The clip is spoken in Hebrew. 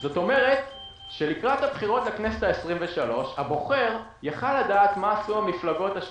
כלומר לקראת הבחירות לכנסת ה-23 הבוחר יכל לדעת מה עשו המפלגות,